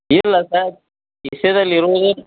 ಇಲ್ಲ ಸರ್ ಕಿಶೆದಲ್ಲಿ ಇರುದೇ